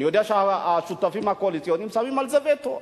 אני יודע שהשותפים הקואליציוניים שמים על זה וטו.